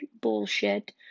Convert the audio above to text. bullshit